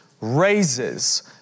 raises